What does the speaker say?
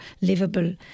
livable